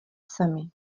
sami